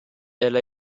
elle